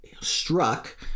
struck